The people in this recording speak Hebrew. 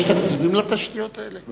יש תקציבים לבניית התשתיות האלה?